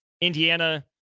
Indiana